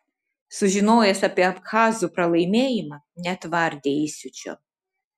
sužinojęs apie abchazų pralaimėjimą netvardė įsiūčio